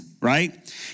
right